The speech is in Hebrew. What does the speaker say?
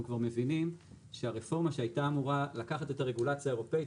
כבר מבינים שהרפורמה שהייתה אמורה לקחת את הרגולציה האירופאית